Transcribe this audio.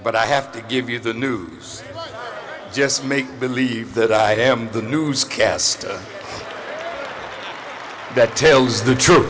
but i have to give you the news just make believe that i am the newscast that tells the truth